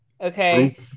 okay